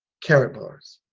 karatbars.